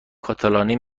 کاتالانی